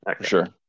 Sure